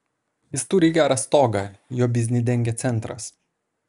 jis turi gerą stogą jo biznį dengia centras